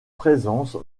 présence